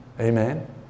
Amen